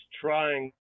trying